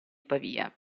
pavia